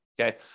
okay